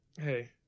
hey